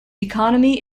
economy